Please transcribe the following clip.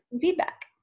feedback